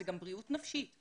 זאת גם בריאות נפשית.